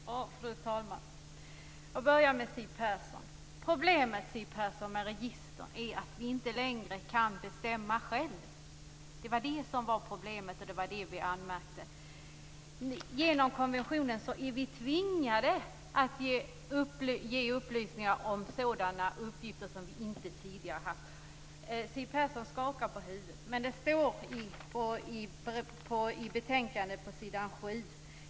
Fru talman! Jag börjar med att vända mig till Siw Persson. Problemet, Siw Persson, med registren är att vi inte längre kan bestämma själva. Det är detta som är problemet och som vi anmärkte på. Genom konventionen är vi tvingade att ge sådana upplysningar och uppgifter som vi inte tidigare har varit tvingade till.